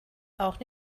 auch